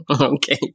Okay